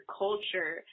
culture